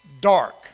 dark